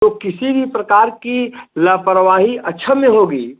तो किसी भी प्रकार की लापरवाही अक्षम्य होगी